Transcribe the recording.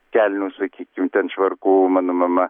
kelnių sakykim ten švarkų mano mama